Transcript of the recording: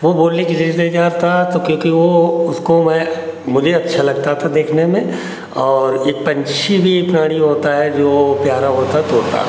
वह बोलने के लिए तैयार था तो क्योंकि वह उसको मैं मुझे अच्छा लगता था देखने में और एक पक्षी भी एक प्राणी होता है जो प्यारा होता तोता